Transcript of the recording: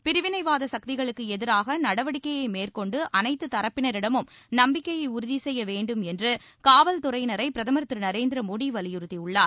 பிரிவினைவாத சக்திகளுக்கு எதிராக நடவடிக்கையை மேற்கொண்டு அனைத்து தரப்பினரிடமும் நம்பிக்கையை உறுதி கெய்ய வேண்டும் என்று காவல்துறையினரை பிரதமர் திரு நரேந்திர மோடி வலியுறுத்தியுள்ளார்